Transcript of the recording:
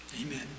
Amen